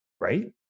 Right